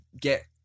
get